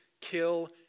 kill